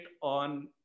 on